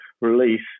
release